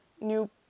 new